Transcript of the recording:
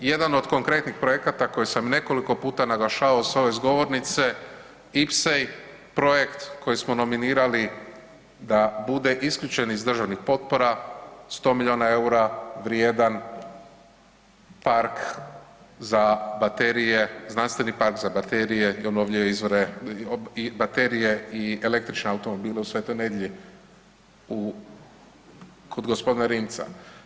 Jedan od konkretnih projekata koji sam nekoliko puta naglašavao s ove govornice IPSE projekt koji smo nominirali da bude isključen iz državnih potpora 100 miliona EUR-a vrijedan park za baterije, znanstveni park za baterije i obnovljive izvore, baterije i električne automobile u Svetoj Nedelji u, kod gospodina Rimca.